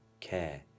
care